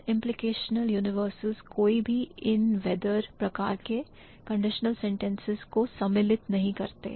Non implicational universals कोई भी if whether प्रकार के conditional sentences को सम्मिलित नहीं करते